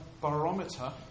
barometer